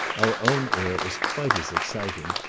our own air is quite as exciting,